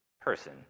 person